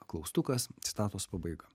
klaustukas citatos pabaiga